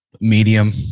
medium